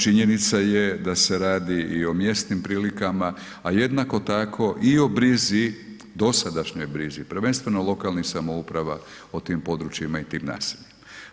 Činjenica je da se radi i o mjesnim prilikama a jednako tako i o brzi, dosadašnjoj brizi, prvenstveno lokalnih samouprava o tim područjima i tim naseljima.